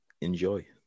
Enjoy